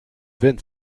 vaine